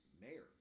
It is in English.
mayor